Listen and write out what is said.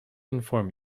inform